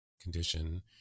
condition